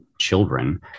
children